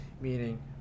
Meaning